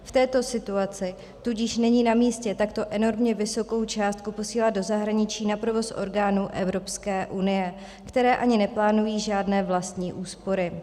V této situaci tudíž není namístě takto enormně vysokou částku posílat do zahraničí na provoz orgánů Evropské unie, které ani neplánují žádné vlastní úspory.